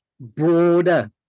broader